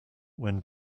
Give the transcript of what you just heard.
when